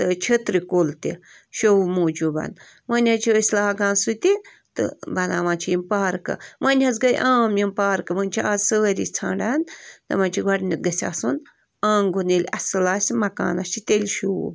تہٕ چھٔترِ کُل تہِ شو موٗجوٗب وۅنۍ حظ چھِ أسۍ لاگان سُہ تہِ تہٕ بَناوان چھِ یِم پارکہٕ وۅنۍ حظ گٔے عام یِم پارکہٕ وۅنۍ چھِ اَز سٲری ژھانٛڈان دَپان چھِ گۄڈٕنٮ۪تھ گَژھِ آسُن آنٛگُن ییٚلہِ اَصٕل آسہِ مکانس چھِ تیٚلہِ شوٗب